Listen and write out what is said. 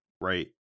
right